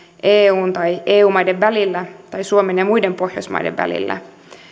eun tai eu maiden välillä tai suomen ja muiden pohjoismaiden välillä